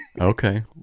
Okay